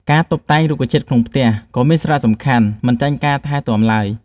ការតុបតែងរុក្ខជាតិក្នុងផ្ទះក៏មានសារៈសំខាន់មិនចាញ់ការថែទាំឡើយ។